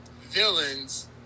villains